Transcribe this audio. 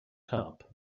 cup